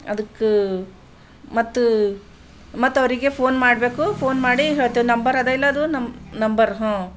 ಅದಕ್ಕೆ ಮತ್ತು ಮತ್ತು ಅವರಿಗೆ ಫೋನ್ ಮಾಡಬೇಕು ಫೋನ್ ಮಾಡಿ ಹೇಳ್ತೇವೆ ನಂಬರ್ ಅದೇ ಇಲ್ಲದೂ ನಂಬರ್ ಹ್ಞೂ